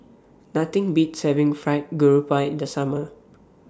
Nothing Beats having Fried Garoupa in The Summer